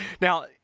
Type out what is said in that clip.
Now